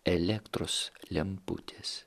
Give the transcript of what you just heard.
elektros lemputes